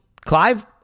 Clive